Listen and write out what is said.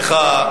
סליחה,